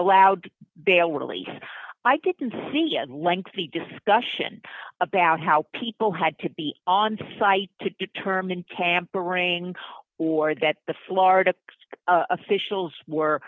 allowed bail release i didn't see a lengthy discussion about how people had to be on site to determine tampering or that the florida officials were